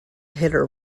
hitter